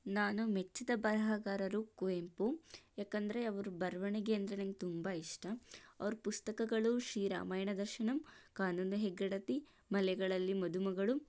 ನಾನು ಮೆಚ್ಚಿದ ಬರಹಗಾರರು ಕುವೆಂಪು ಯಾಕೆಂದರೆ ಅವರ ಬರವಣಿಗೆ ಅಂದರೆ ನನಗೆ ತುಂಬ ಇಷ್ಟ ಅವರ ಪುಸ್ತಕಗಳು ಶ್ರೀ ರಾಮಾಯಣ ದರ್ಶನಂ ಕಾನನ ಹೆಗ್ಗಡತಿ ಮಲೆಗಳಲ್ಲಿ ಮದುಮಗಳು